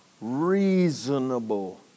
reasonable